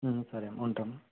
సరే అమ్మా ఉంటాను